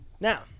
Now